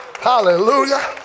Hallelujah